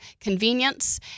convenience